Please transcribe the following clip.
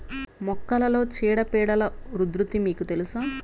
మొక్కలలో చీడపీడల ఉధృతి మీకు తెలుసా?